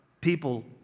people